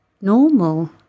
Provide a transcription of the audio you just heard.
normal